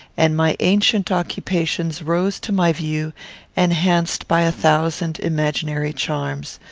and my ancient occupations rose to my view enhanced by a thousand imaginary charms,